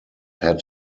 had